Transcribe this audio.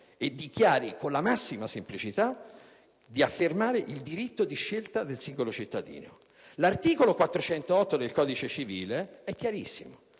e affermi con la massima semplicità il diritto di scelta del singolo cittadino. L'articolo 408 del codice civile è chiarissimo: